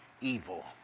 evil